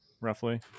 roughly